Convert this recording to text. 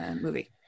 movie